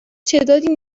تعدادی